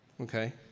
Okay